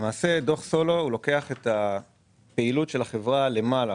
דוח סולו לוקח את הפעילות של החברה למעלה,